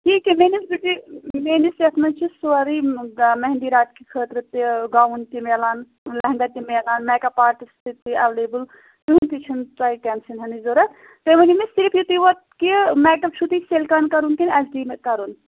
ییٚکیٛاہ میٛٲنِس میٛٲنِس یَتھ منٛز چھِ سورُے میٚہِنٛدی رات کہِ خٲطرٕ تہِ گاوُن تہِ مِلان لیٚہنٛگا تہِ میلان میکَپ آٹِسٹ سُہ تہِ چھِ اٮ۪ولیبل کٕہۭنۍ تہِ چھُنہٕ تۄہہِ ٹٮ۪نشین ہٮ۪نٕچ ضوٚرَتھ تُہۍ وٕنِو مےٚ صِرِف یُتُے یوت کہِ میکَپ چھُو تۄہہِ سِلکان کَرُن کِنہٕ اٮ۪چ ڈی مےٚ کَرُن